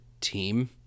team